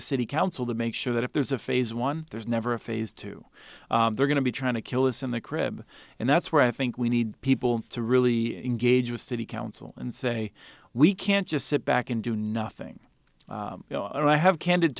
the city council to make sure that if there's a phase one there's never a phase two they're going to be trying to kill this in the crib and that's where i think we need people to really engage with city council and say we can't just sit back and do nothing and i have candid